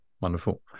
wonderful